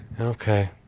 Okay